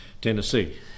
Tennessee